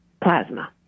plasma